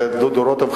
דודו רותם,